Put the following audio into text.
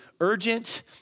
urgent